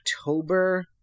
October